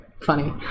funny